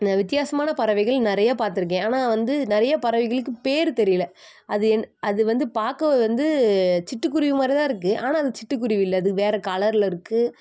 இந்த வித்தியாசமான பறவைகள் நிறையா பார்த்துருக்கேன் ஆனால் வந்து நிறையா பறவைகளுக்கு பேர் தெரியிலை அது என் அது வந்து பார்க்க வந்து சிட்டுக்குருவி மாதிரிதான் இருக்குது ஆனால் அது சிட்டுக்குருவி இல்லை அது வேற கலர்ல இருக்குது